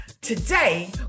Today